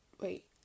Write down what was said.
wait